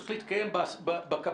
צריך להתקיים בקבינט,